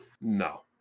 No